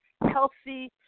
healthy